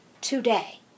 today